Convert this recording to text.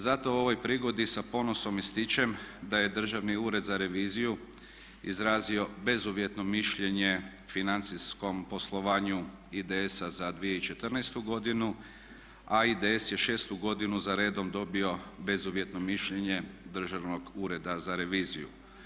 Zato u ovoj prigodi sa ponosom ističem da je Državni ured za reviziju izrazio bezuvjetno mišljenje financijskom poslovanju IDS-a za 2014. godinu, a IDS je šestu godinu za redom dobio bezuvjetno mišljenje Državnog ureda za reviziju.